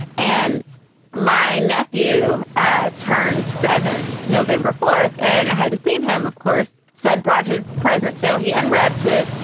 and my nephew ah turns seven november fourth. and i hadn't seen him, of course, so i'd brought his present, so he unwrapped it.